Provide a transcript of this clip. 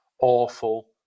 awful